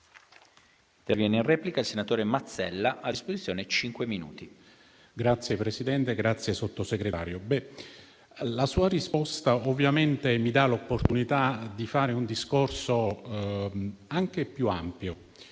la sua risposta, che mi dà l'opportunità di fare un discorso anche più ampio.